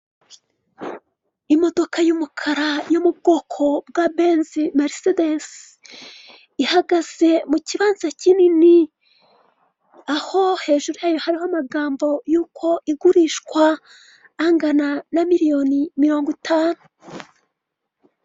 Imodoka y'umukara yo mu bwoko bwa benzi merisedesi, ihagaze mu kibanza kinini, aho hejuru yayo hariho amagambo yuko igurishwa, angana na miliyoni mirongo itanu.